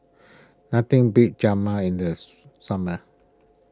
nothing beats Rajma in the summer